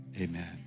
amen